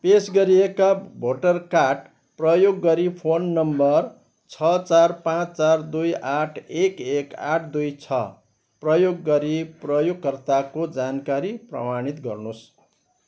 पेस गरिएका voter card प्रयोग गरी फोन नम्बर छ चार पाँच चार दुई आठ एक एक आठ दुई छ प्रयोग गरी प्रयोगकर्ताको जानकारी प्रमाणित गर्नुहोस्